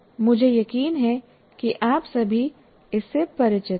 मुझे यकीन है कि आप सभी इससे परिचित हैं